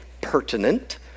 pertinent